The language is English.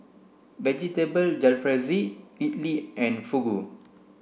Vegetable Jalfrezi Idili and Fugu